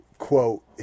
Quote